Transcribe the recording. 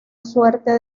suerte